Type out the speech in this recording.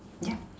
yup